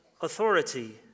authority